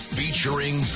featuring